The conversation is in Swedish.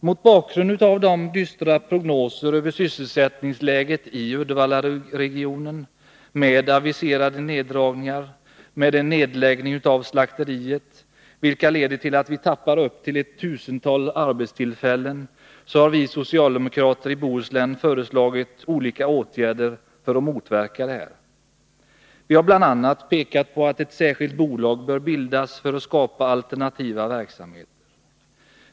Mot bakgrund av de dystra prognoserna för sysselsättningsläget i Uddevallaregionen, med aviserade neddragningar vid varvet och en nedläggning av slakteriet som leder till att vi tappar upp till ett tusental arbetstillfällen, har vi socialdemokrater i Bohuslän föreslagit olika åtgärder. Vi har bl.a. pekat på att ett särskilt bolag bör bildas för att skapa alternativ verksamhet.